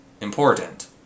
important